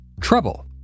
trouble